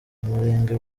umurenge